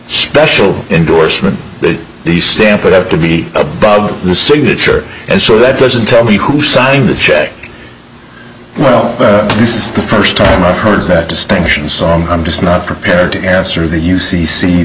special endorsement the stamp would have to be above the signature and so that doesn't tell me who signed the check well this is the first time i've heard that distinction i'm just not prepared to answer that you see see